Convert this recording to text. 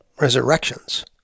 resurrections